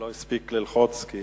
שלא הספיק ללחוץ, כי